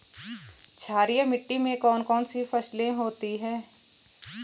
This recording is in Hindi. क्षारीय मिट्टी में कौन कौन सी फसलें होती हैं?